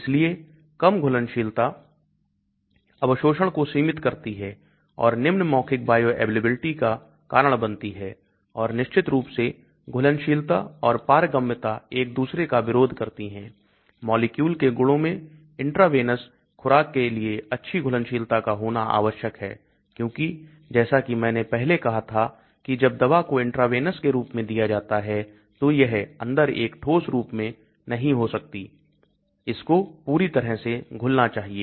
इसलिए कम घुलनशीलता अवशोषण को सीमित करती है और निम्न मौखिक बायोअवेलेबिलिटी का कारण बनती है और निश्चित रूप से घुलनशीलता और पारगम्यता एक दूसरे का विरोध करती है मॉलिक्यूल के गुणों में इंट्रावेनस खुराक के लिए अच्छी घुलनशीलता का होना आवश्यक है क्योंकि जैसा कि मैंने पहले कहा था कि जब दवा को इंट्रावेनस के रूप में दिया जाता है तो यह अंदर एक ठोस रूप में नहीं हो सकता है इसको पूरी तरह से घुलना चाहिए